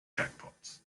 jackpots